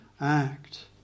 act